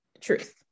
truth